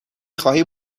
خواهی